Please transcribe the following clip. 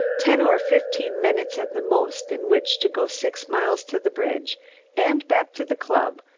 ten or fifteen minutes at the most in which to go six miles to the bridge and back to the club,